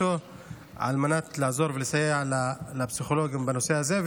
על מנת לעזור ולסייע לפסיכולוגים בנושא הזה,